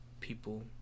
people